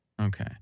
Okay